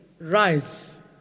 Rise